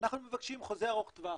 אנחנו מבקשים חוזה ארוך טווח